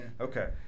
Okay